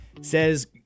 says